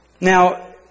Now